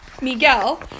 Miguel